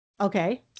Okay